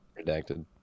Redacted